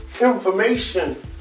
information